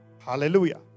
Hallelujah